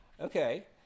okay